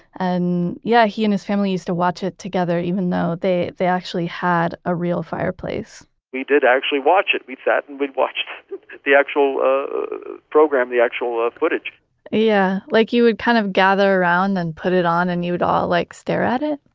and, yeah, he and his family used to watch it together, even though they they actually had a real fireplace we did actually watch it. we sat and we'd watch the actual program, the actual ah footage yeah. like, you would kind of gather around, and put it on, and you'd all like stare at it?